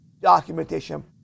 documentation